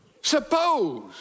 suppose